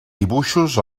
dibuixos